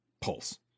Pulse